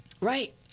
Right